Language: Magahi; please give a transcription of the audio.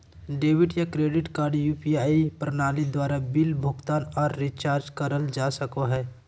डेबिट या क्रेडिट कार्ड यू.पी.आई प्रणाली द्वारा बिल भुगतान आर रिचार्ज करल जा सको हय